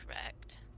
correct